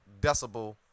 decibel